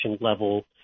level